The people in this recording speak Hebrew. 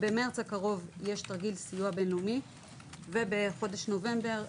במרץ הקרוב יש תרגיל סיוע בין-לאומי ובחודש נובמבר,